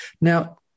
Now